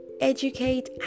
educate